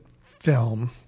film